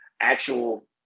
actual